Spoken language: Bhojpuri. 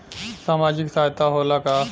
सामाजिक सहायता होला का?